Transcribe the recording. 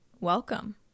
Welcome